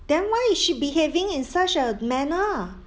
then why is she behaving in such a manner